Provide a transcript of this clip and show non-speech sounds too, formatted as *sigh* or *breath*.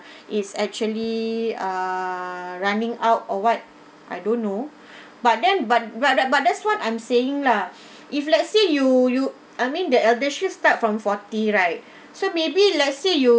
is actually ah running out or what I don't know *breath* but then but but that but that's what I'm saying lah *breath* if let's say you you I mean the eldershield start from forty right *breath* so maybe let's say you